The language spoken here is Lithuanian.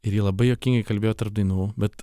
ir ji labai juokingai kalbėjo tarp dainų bet